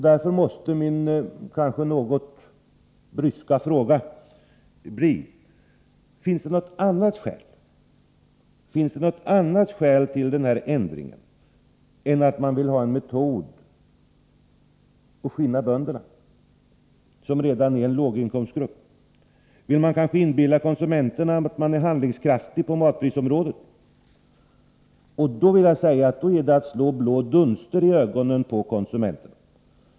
Därför måste min kanske något bryska fråga bli: Finns det något annat skäl till ändringen än att man vill ha en metod att skinna bönderna, som redan är en låginkomstgrupp? Vill man kanske inbilla konsumenterna att man är handlingskraftig på matprisområdet? Det är i så fall att försöka slå blå dunster i ögonen på konsumenterna.